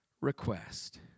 request